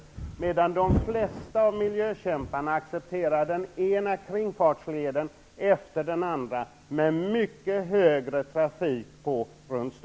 Samtidigt accepterar de flesta av miljökämparna den ena kringfartsleden efter den andra runt